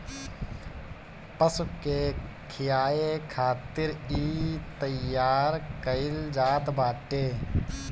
पशु के खियाए खातिर इ तईयार कईल जात बाटे